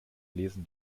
lesen